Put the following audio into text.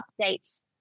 updates